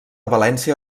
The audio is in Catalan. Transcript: valència